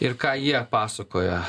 ir ką jie pasakoja